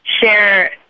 share